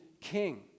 king